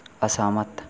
असहमत